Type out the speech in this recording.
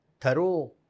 thorough